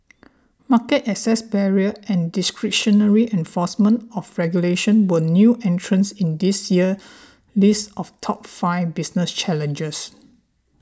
market access barriers and discretionary enforcement of regulations were new entrants in this year's list of top five business challenges